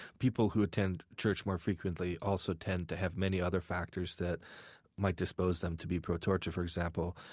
people who attend church more frequently also tend to have many other factors that might dispose them to be pro-torture. for example,